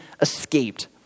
escaped